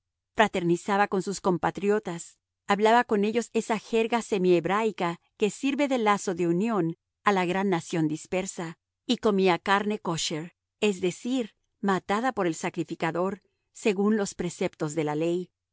fraternizaba con sus compatriotas hablaba con ellos esa jerga semihebraica que sirve de lazo de unión a la gran nación dispersa y comía carne kaucher es decir matada por el sacrificador según los preceptos de la ley